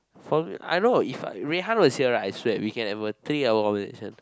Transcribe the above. falling I know if Rui-Han was right I swear we can have a three hour conversation